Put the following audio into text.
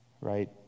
right